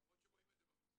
למרות שרואים את זה במגזר,